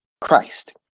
Christ